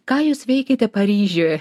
ką jūs veikėte paryžiuje